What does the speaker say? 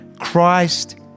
Christ